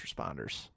responders